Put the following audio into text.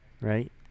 right